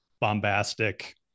bombastic